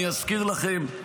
אני אזכיר לכם,